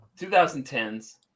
2010's